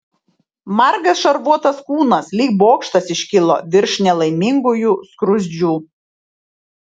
margas šarvuotas kūnas lyg bokštas iškilo virš nelaimingųjų skruzdžių